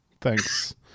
Thanks